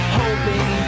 hoping